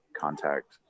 contact